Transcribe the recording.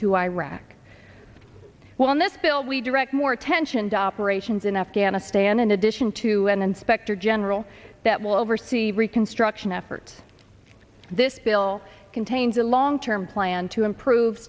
to iraq well in this bill we direct more attention doppler ations in afghanistan in addition to an inspector general that will oversee reconstruction efforts this bill contains a long term plan to improve